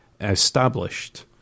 established